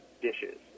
dishes